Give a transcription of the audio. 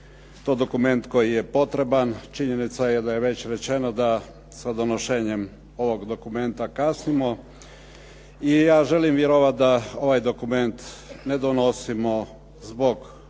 je to dokument koji je potreban. Činjenica je da je već rečeno da sa donošenjem ovog dokumenta kasnimo i ja želim vjerovat da ovaj dokument ne donosimo zbog